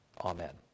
Amen